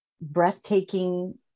breathtaking